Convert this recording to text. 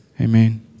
Amen